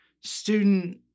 student